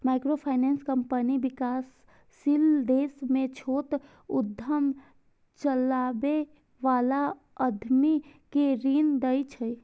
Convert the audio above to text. microfinance company विकासशील देश मे छोट उद्यम चलबै बला उद्यमी कें ऋण दै छै